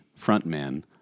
Frontman